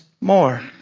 more